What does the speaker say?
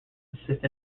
assistant